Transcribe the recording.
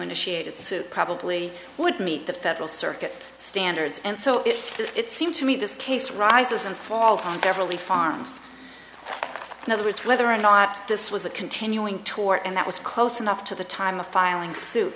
initiated suit probably would meet the federal circuit standards and so if it seems to me this case rises and falls on everly farms in other words whether or not this was a continuing tour and that was close enough to the time of filing s